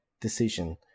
decision